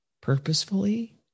purposefully